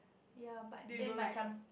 ya but then my cham